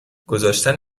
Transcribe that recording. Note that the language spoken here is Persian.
گذاشتن